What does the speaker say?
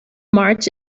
march